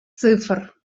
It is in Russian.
цифр